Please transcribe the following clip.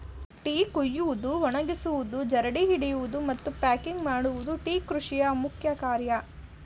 tea ಕುಯ್ಯುವುದು, ಒಣಗಿಸುವುದು, ಜರಡಿ ಹಿಡಿಯುವುದು, ಮತ್ತು ಪ್ಯಾಕಿಂಗ್ ಮಾಡುವುದು ಟೀ ಕೃಷಿಯ ಮುಖ್ಯ ಕಾರ್ಯ